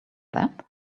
that